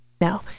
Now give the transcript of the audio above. no